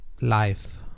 life